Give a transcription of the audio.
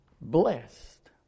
Blessed